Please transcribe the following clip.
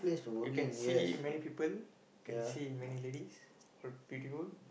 you can see many people can see many ladies all beautiful